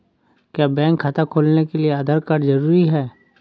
क्या बैंक खाता खोलने के लिए आधार कार्ड जरूरी है?